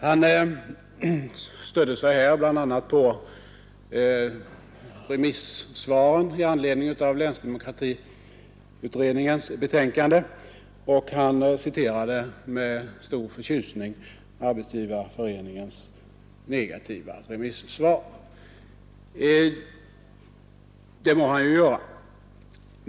Herr Adamsson stödde sig bl.a. på remissvaren i anledning av länsdemokratiutredningens betänkande och citerade med stor förtjusning Arbetsgivareföreningens negativa remissvar. Det må han ju göra.